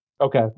Okay